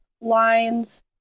lines